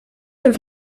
have